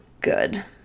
good